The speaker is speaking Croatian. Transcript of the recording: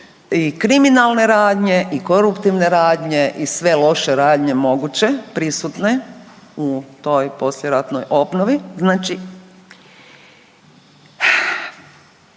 i kriminalne radnje, i koruptivne radnje i sve loše radnje moguće prisutne u toj poslijeratnoj obnovi.